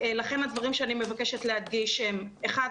הדברים שאני מבקשת להדגיש: אחד,